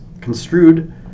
construed